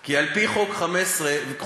כי לפי חוק V15,